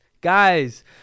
guys